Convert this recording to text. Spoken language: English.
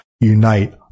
unite